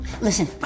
Listen